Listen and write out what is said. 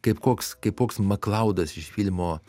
kaip koks kaip koks maklaudas iš filmo